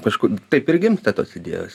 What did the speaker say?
kažkur taip ir gimsta tos idėjos